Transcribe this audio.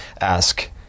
ask